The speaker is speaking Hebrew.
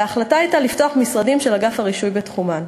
וההחלטה הייתה לפתוח משרדים של אגף הרישוי בתחומן.